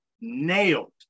nailed